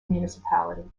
municipality